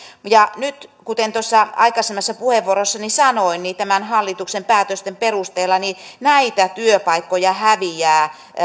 ja nyt kuten tuossa aikaisemmassa puheenvuorossani sanoin tämän hallituksen päätösten perusteella näitä työpaikkoja häviää